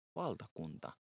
valtakunta